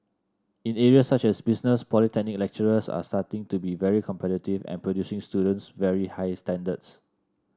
in areas such as business polytechnic lecturers are starting to be very competitive and producing students very high standards